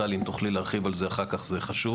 טלי, אם תוכלי להרחיב על זה אחר כך, זה חשוב.